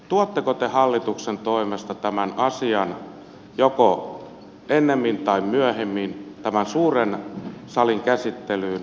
tuotteko te hallituksen toimesta tämän asian joko ennemmin tai myöhemmin tämän suuren salin käsittelyyn